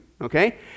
Okay